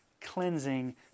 cleansing